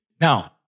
Now